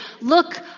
Look